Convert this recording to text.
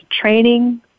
training